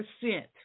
percent